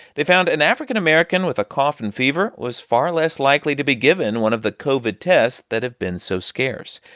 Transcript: they found an african american with a cough and fever was far less likely to be given one of the covid tests that have been so scarce.